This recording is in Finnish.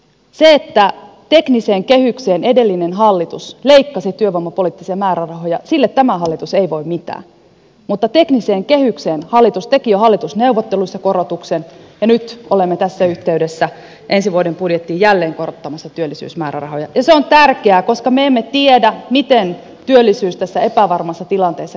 sille että tekniseen kehykseen edellinen hallitus leikkasi työvoimapoliittisia määrärahoja tämä hallitus ei voi mitään mutta tekniseen kehykseen hallitus teki jo hallitusneuvotteluissa korotuksen ja nyt olemme tässä yhteydessä ensi vuoden budjettiin jälleen korottamassa työllisyysmäärärahoja ja se on tärkeää koska me emme tiedä miten työllisyys tässä epävarmassa tilanteessa kehittyy